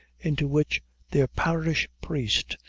into which their parish priest,